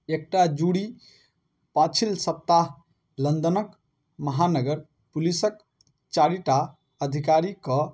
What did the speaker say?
एकटा ज्यूरी पाछिल सप्ताह लन्दनके महानगर पुलिसके चारिटा अधिकारीके